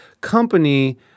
company